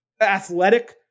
athletic